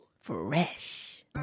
Fresh